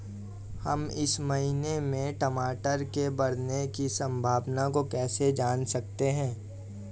हम इस महीने में टमाटर के बढ़ने की संभावना को कैसे जान सकते हैं?